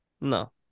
No